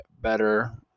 better